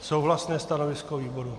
Souhlasné stanovisko výboru.